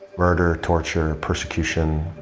murder, torture, persecution,